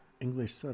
English